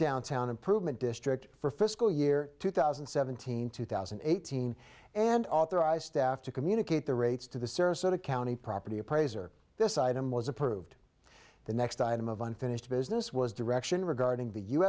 downtown improvement district for fiscal year two thousand and seventeen two thousand and eighteen and authorized staff to communicate the rates to the sarasota county property appraiser this item was approved the next item of unfinished business was direction regarding